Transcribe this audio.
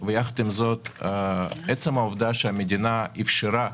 ויחד עם זאת עצם העובדה שהמדינה אפשרה